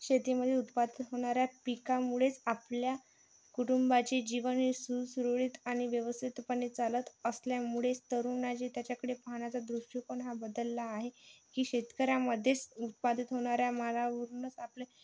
शेतीमधील उत्पादित होणाऱ्या पिकामुळेच आपल्या कुटुंबाची जीवन सु सुरळीत आणि व्यवस्थितपणे चालत असल्यामुळेच तरुणाईचा त्याच्याकडे पाहण्याचा दृष्टिकोन हा बदलला आहे की शेतकऱ्यामधेच उत्पादित होणाऱ्या मालावरूनच आपल्या